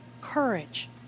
courage